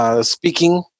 speaking